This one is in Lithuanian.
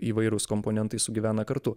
įvairūs komponentai sugyvena kartu